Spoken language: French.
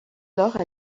alors